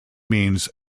means